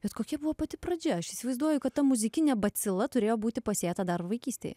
bet kokia buvo pati pradžia aš įsivaizduoju kad ta muzikinė bacila turėjo būti pasėta dar vaikystėj